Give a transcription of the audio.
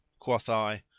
quoth i,